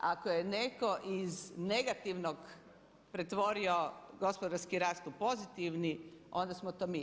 Ako je netko iz negativnog pretvorio gospodarski rast u pozitivni, onda smo to mi.